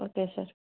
okay sir